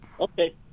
Okay